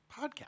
podcast